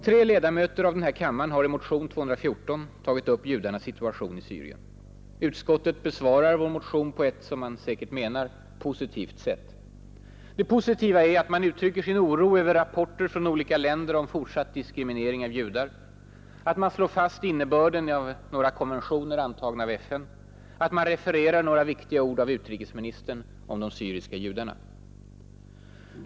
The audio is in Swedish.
Tre ledamöter av den här kammaren har i motion 214 tagit upp judarnas situation i Syrien. Utskottet besvarar vår motion på ett, som man säkert menar, positivt sätt. Det positiva är att man uttrycker sin oro över rapporter från olika länder om fortsatt diskriminering av judar, att man slår fast innebörden av några konventioner antagna av FN, att man refererar några viktiga ord av utrikesministern om de syriska judarna.